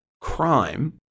crime